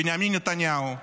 בנימין נתניהו,